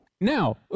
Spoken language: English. Now